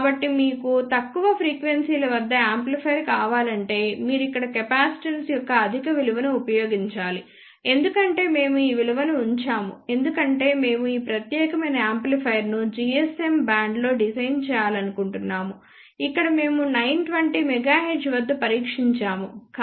కాబట్టి మీకు తక్కువ ఫ్రీక్వెన్సీల వద్ద యాంప్లిఫైయర్ కావాలంటే మీరు ఇక్కడ కెపాసిటెన్స్ యొక్క అధిక విలువను ఉపయోగించాలి ఎందుకంటే మేము ఈ విలువలను ఉంచాము ఎందుకంటే మేము ఈ ప్రత్యేకమైన యాంప్లిఫైయర్ను GSM బ్యాండ్లో డిజైన్ చేయాలనుకుంటున్నాము ఇక్కడ మేము 920 MHz వద్ద పరీక్షించాము